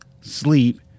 sleep